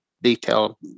Detail